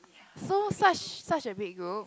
so such such a big group